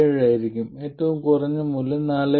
7 ആയിരിക്കും ഏറ്റവും കുറഞ്ഞ മൂല്യം 4